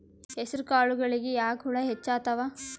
ಹೆಸರ ಕಾಳುಗಳಿಗಿ ಯಾಕ ಹುಳ ಹೆಚ್ಚಾತವ?